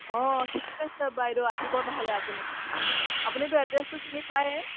অঁ ঠিক আছে বাইদেউ আহিব নহ'লে আপুনি আপুনিতো এড্ৰেছটো চিনি পায়ে